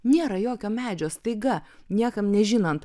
nėra jokio medžio staiga niekam nežinant